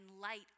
light